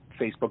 facebook